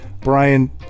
Brian